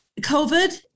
COVID